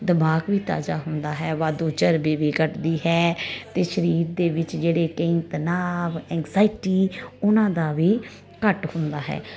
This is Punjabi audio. ਦਿਮਾਗ ਵੀ ਤਾਜਾ ਹੁੰਦਾ ਹੈ ਵਾਧੂ ਚਰਬੀ ਵੀ ਘੱਟਦੀ ਹੈ ਤੇ ਸਰੀਰ ਦੇ ਵਿੱਚ ਜਿਹੜੇ ਕਈ ਤਣਾਵ ਐਗਜਾਇਟੀ ਉਹਨਾਂ ਦਾ ਵੀ ਘੱਟ ਹੁੰਦਾ ਹੈ